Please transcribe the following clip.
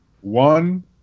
one